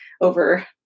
over